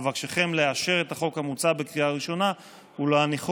אבקשכם לאשר את החוק המוצע בקריאה ראשונה ולהניחו